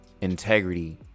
integrity